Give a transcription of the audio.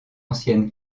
ancienne